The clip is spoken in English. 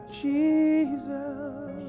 Jesus